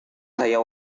saya